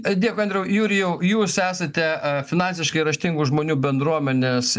dėkui andriau jurijau jūs esate finansiškai raštingų žmonių bendruomenės